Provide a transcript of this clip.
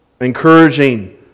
Encouraging